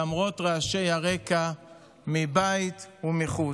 למרות רעשי הרקע מבית ומחוץ.